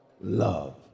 Love